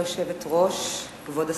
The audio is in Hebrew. גברתי היושבת-ראש, כבוד השרים,